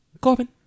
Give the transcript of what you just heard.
Corbin